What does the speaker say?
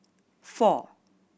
four